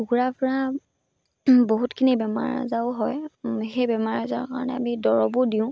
কুকুৰাৰ পৰা বহুতখিনি বেমাৰ আজাৰো হয় সেই বেমাৰ আজাৰৰ কাৰণে আমি দৰৱো দিওঁ